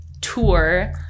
tour